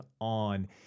on